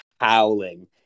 howling